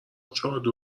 چادر